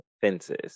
fences